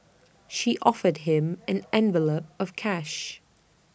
she offered him an envelope of cash